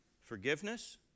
Forgiveness